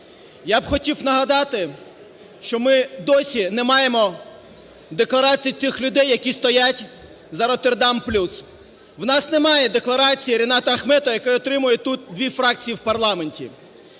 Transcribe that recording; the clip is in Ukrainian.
Я б хотів нагадати, що ми досі не маємо декларацій тих людей, які стоять за "Роттердам плюс". У нас немає декларації Рената Ахметова, який утримує тут дві фракції у парламенті.